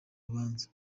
rubanza